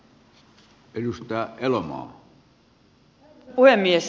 arvoisa puhemies